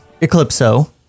Eclipso